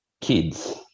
kids